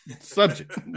subject